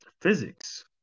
physics